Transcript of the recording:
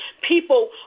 People